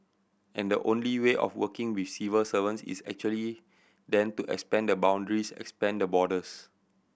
and the only way of working with civil servants is actually then to expand the boundaries expand the borders